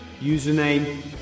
Username